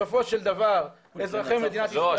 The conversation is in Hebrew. בסופו של דבר אזרחי מדינת ישראל --- לא,